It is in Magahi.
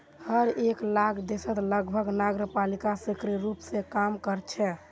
हर एकखन देशत लगभग नगरपालिका सक्रिय रूप स काम कर छेक